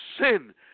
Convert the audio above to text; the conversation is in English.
sin